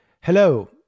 Hello